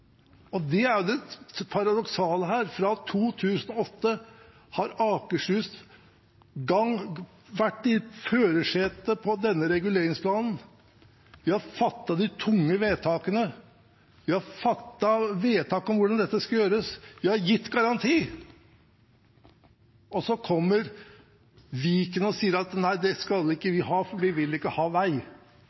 det paradoksale her. Fra 2008 har Akershus vært i førersetet for denne reguleringsplanen. De har fattet de tunge vedtakene. De har fattet vedtak om hvordan dette skulle gjøres – de har gitt garanti. Og så kommer Viken og sier at nei, det skal ikke vi ha, for vi vil ikke ha vei.